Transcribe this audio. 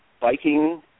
Biking